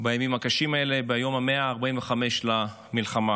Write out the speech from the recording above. בימים הקשים האלה, ביום ה-145 למלחמה.